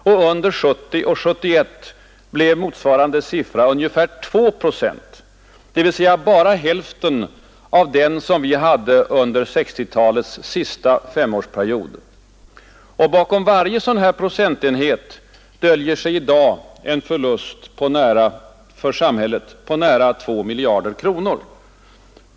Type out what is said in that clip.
Och under 1970 och 1971 blev motsvarande siffra ungefär 2 procent, dvs. bara hälften av den vi hade under 1960-talets sista femårsperiod. Bakom varje procentenhet döljer sig i dag en förlust för samhället på nära 2 miljarder kronor.